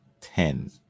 ten